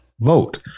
vote